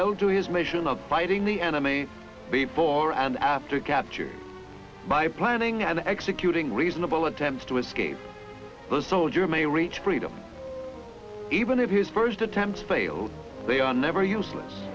held to his mission of fighting the enemy before and after capture by planning and executing reasonable attempts to escape the soldier may reach freedom even if his first attempts failed they are never useless